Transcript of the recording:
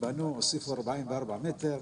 בנו והוסיפו 44 מטר.